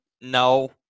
No